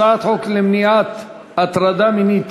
הצעת חוק למניעת הטרדה מינית